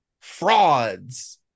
Frauds